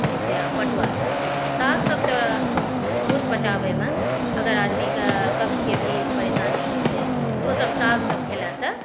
होइ छै आ पटुआ साग साग सभ तऽ बहुत पचाबैमे अगर आदमीकेँ कब्जके भी परेशानी होइ छै तऽ ओ सभ साग सभ खएला से